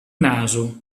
naso